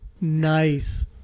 Nice